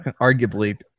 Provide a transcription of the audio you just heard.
Arguably